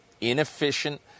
inefficient